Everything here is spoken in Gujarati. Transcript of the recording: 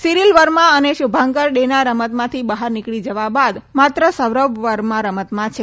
સિરીલ વર્મા અને શુભાંકર ડેના રમતમાંથી બહાર નીકળી જવા બાદ માત્ર સૌરભ વર્મા રમતમાં છે